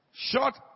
Short